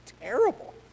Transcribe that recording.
terrible